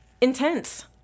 Intense